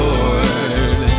Lord